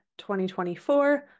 2024